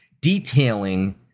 detailing